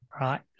right